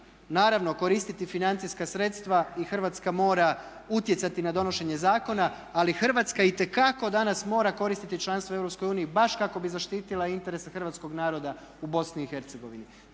naravno koristiti financijska sredstva i Hrvatska mora utjecati na donošenje zakona ali Hrvatska itekako danas mora koristiti članstvo u Europskoj uniji baš kako bi zaštitila interese hrvatskog naroda u Bosni